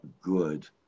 good